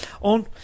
on